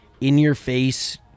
in-your-face